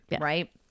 right